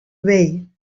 way